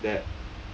that